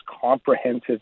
comprehensive